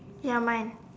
ya mine